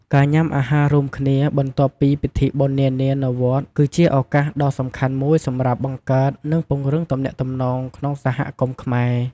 ការញ៉ាំអាហាររួមគ្នា បន្ទាប់ពីពិធីបុណ្យនានានៅវត្ត គឺជាឱកាសដ៏សំខាន់មួយសម្រាប់ បង្កើត និងពង្រឹងទំនាក់ទំនង ក្នុងសហគមន៍ខ្មែរ។